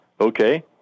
okay